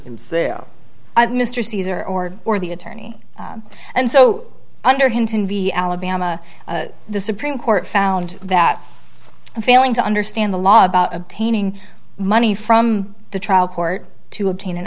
there mr caesar or or the attorney and so under hinton v alabama the supreme court found that failing to understand the law about obtaining money from the trial court to obtain an